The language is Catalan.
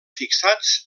fixats